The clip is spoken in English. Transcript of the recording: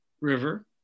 river